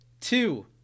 two